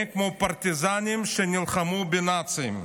הם כמו הפרטיזנים שנלחמו בנאצים".